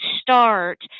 start